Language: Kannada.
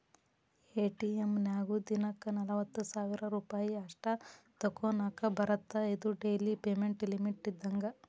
ಎ.ಟಿ.ಎಂ ನ್ಯಾಗು ದಿನಕ್ಕ ನಲವತ್ತ ಸಾವಿರ್ ರೂಪಾಯಿ ಅಷ್ಟ ತೋಕೋನಾಕಾ ಬರತ್ತಾ ಇದು ಡೆಲಿ ಪೇಮೆಂಟ್ ಲಿಮಿಟ್ ಇದ್ದಂಗ